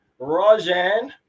rajan